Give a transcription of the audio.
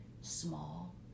small